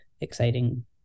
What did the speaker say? exciting